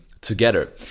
together